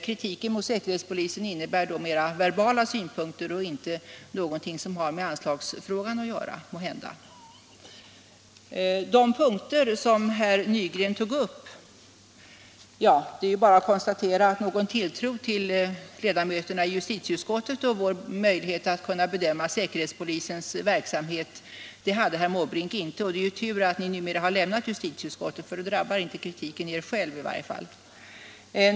Kritiken mot säkerhetspolisen innebär i så fall mera verbala synpunkter och inte någonting som har med anslagsfrågan att göra, måhända. Det är bara att konstatera att någon tilltro till ledamöterna i justitieutskottet och till våra möjligheter att bedöma säkerhetspolisens verksamhet hade herr Måbrink inte. Det är tur att ni numera har lämnat justitieutskottet, för nu drabbar ju kritiken inte er själv i varje fall.